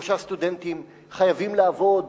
או שהסטודנטים חייבים לעבוד,